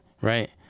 Right